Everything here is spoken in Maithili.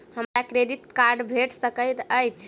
हमरा क्रेडिट कार्ड भेट सकैत अछि?